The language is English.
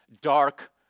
dark